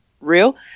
real